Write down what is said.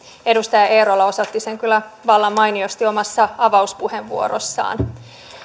edustaja eerola osoitti sen kyllä vallan mainiosti omassa avauspuheenvuorossaan